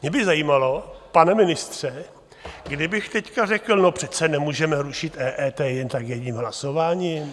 Mě by zajímalo, pane ministře, kdybych teď řekl: No přece nemůžeme rušit EET jen tak jedním hlasováním.